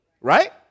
right